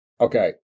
Okay